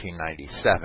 1997